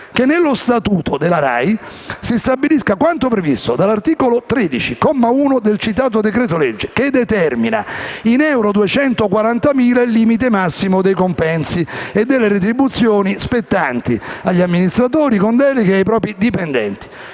che nello statuto della RAI si stabilisca quanto previsto dall'articolo 13, comma 1 del citato decreto-legge che determina in euro 240.000 il limite massimo dei compensi e delle retribuzioni spettanti rispettivamente agli amministratori con deleghe e ai propri dipendenti.